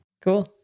Cool